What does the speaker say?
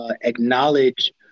acknowledge